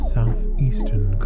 southeastern